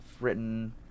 written